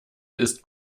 ist